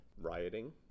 rioting